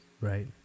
Right